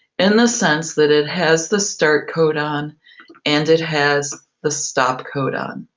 in the sense that it has the start codon and it has the stop codon.